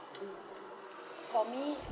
mm for me